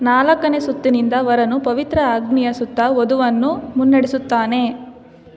ನಾಲ್ಕನೇ ಸುತ್ತಿನಿಂದ ವರನು ಪವಿತ್ರ ಅಗ್ನಿಯ ಸುತ್ತ ವಧುವನ್ನು ಮುನ್ನಡೆಸುತ್ತಾನೆ